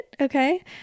okay